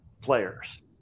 players